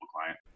client